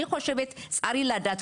אני חושבת צריך לדעת,